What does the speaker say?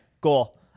goal